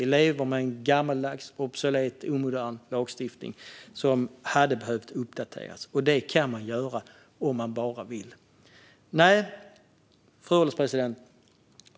Vi lever med en gammaldags, obsolet, omodern lagstiftning som man behöver uppdatera, och det kan man göra om man bara vill. Fru ålderspresident!